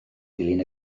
dilyn